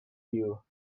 view